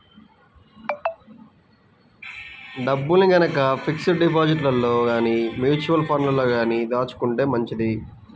డబ్బుల్ని గనక ఫిక్స్డ్ డిపాజిట్లలో గానీ, మ్యూచువల్ ఫండ్లలో గానీ దాచుకుంటే మంచిది